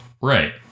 Right